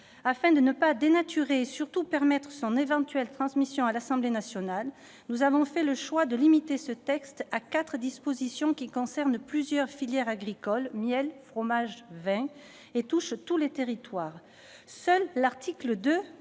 Afin de ne pas dénaturer ce texte et, surtout, de permettre sa transmission à l'Assemblée nationale, nous avons fait le choix de le limiter à quatre dispositions qui concernent plusieurs filières agricoles- miel, fromage, vin -et touchent tous les territoires. Seul l'article 2